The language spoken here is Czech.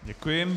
Děkuji.